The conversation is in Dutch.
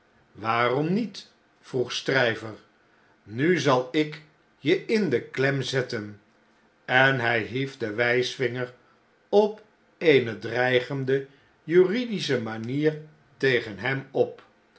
waarom niet vroeg stryver nu zal ik je in de klem zetten en hij hief den wjjsvinger op eene dreigende juridische manier tegen hem op